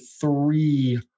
three